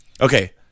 okay